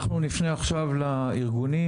אנחנו נפנה עכשיו לארגונים,